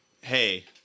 hey